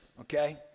okay